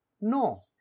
No